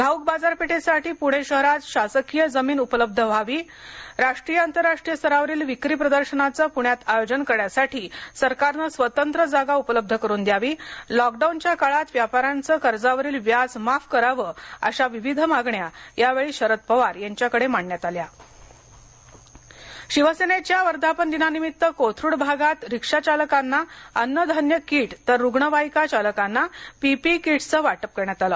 घाऊक बाजारपेठेसाठी पूणे शहरात शासकीय जमीन उपलब्ध करून द्यावी राष्ट्रीय आंतरराष्ट्रीय स्तरावरील विक्री प्रदशनांचे पुण्यात आयोजन करण्यासाठी सरकारने स्वतंत्र जागा उपलब्ध करून द्यावी लॉकडाऊनच्या काळात व्यापाऱ्यांचे कर्जावरील व्याज माफ कराव अशा विविध मागण्या यावेळी शरद पवार यांच्याकडे मांडण्यात आल्या शिवसेनेच्या वर्धापन दिनानिमित्त कोथरूड भागात रिक्षाचालकांना अन्नधान्य किट तर रुग्णवाहिका चालकांना पी पी ई किट्सचं वाटप करण्यात आलं